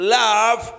love